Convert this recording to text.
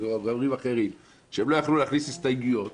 ואומרים אחרים שהם לא יכלו להכניס הסתייגויות,